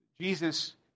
Jesus